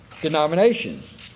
denominations